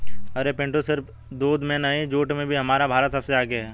अरे पिंटू सिर्फ दूध में नहीं जूट में भी हमारा भारत सबसे आगे हैं